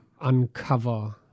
uncover